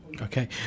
Okay